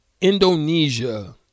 Indonesia